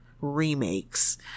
remakes